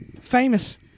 Famous